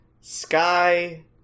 Sky